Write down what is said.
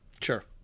Sure